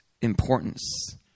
importance